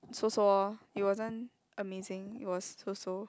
so so loh it wasn't amazing it was so so